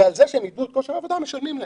ועל זה שהם איבדו את כושר העבודה משלמים להם.